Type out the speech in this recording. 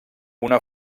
una